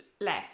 Less